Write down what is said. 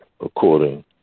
according